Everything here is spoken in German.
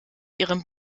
ihrem